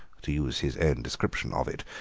to use his own description of it,